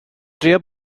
drio